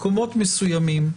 מקומות מסוימים,